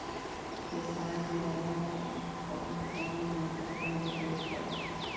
किसान मेला में कोन कोन मोटर मिल जैतै?